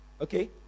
okay